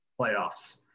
playoffs